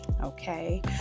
okay